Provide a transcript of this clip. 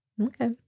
Okay